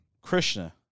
Krishna